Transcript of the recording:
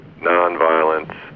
nonviolence